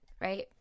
right